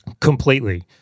Completely